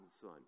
Son